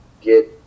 get